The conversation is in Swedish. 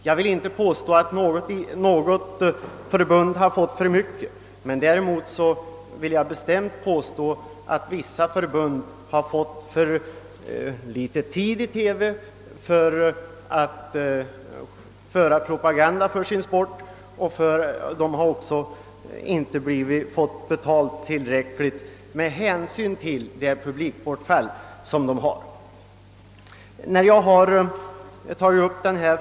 Jag vill inte påstå att något förbund har fått för mycket, men däremot vill jag bestämt påstå att vissa förbund har fått för litet tid i TV för att göra propaganda för sin sport, och de har inte heller erhållit tillräckligt betalt med hänsyn till det publikbortfall som blir följden vid TV-sändning.